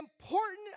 important